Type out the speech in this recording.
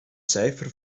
cijfer